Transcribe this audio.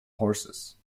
horses